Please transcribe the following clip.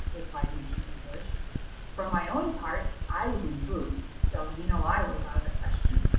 replied mr. st. george for my own part, i was in boots, so you know i was out of the question.